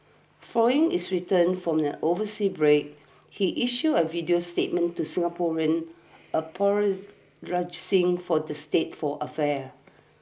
following his return from the overseas break he issued a video statement to Singaporeans apologizing for the state for affairs